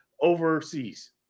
overseas